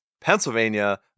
Pennsylvania